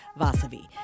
Vasavi